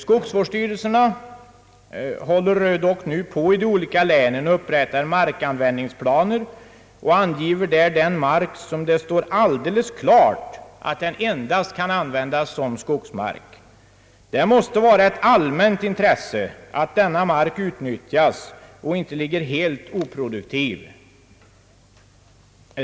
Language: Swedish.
Skogsvårdsstyrelserna håller nu i de olika länen dock på att upprätta markanvändningsplaner och anger den mark, om vilken det står alldeles klart att den endast kan användas som skogsmark. Det måste vara ett allmänt intresse att denna mark utnyttjas och inte ligger helt oproduktiv.